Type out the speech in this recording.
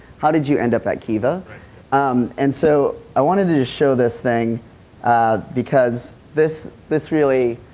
ihow did you end up at kiva um and, so, i wanted to show this thing because this this really,